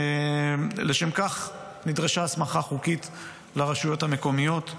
לשם כך נדרשה הסמכה חוקית לרשויות המקומיות.